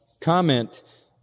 comment